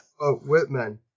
whitman